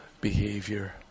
behavior